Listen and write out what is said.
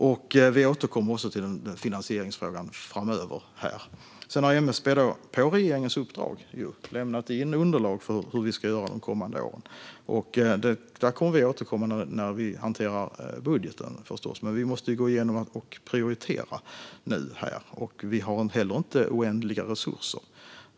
Och vi återkommer också till finansieringsfrågan framöver. MSB har, på regeringens uppdrag, lämnat in underlag för hur vi ska göra de kommande åren. Där kommer vi förstås att återkomma när vi hanterar budgeten. Men vi måste nu gå igenom och prioritera; vi har inte oändliga resurser.